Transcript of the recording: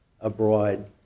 abroad